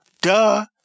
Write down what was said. duh